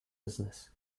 business